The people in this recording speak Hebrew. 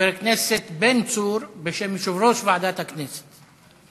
לחבר הכנסת בן צור בשם יושב-ראש ועדת הכנסת.